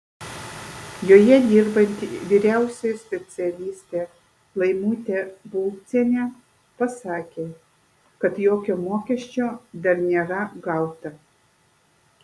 joje dirbanti vyriausioji specialistė laimutė bulcienė pasakė kad jokio mokesčio dar nėra gauta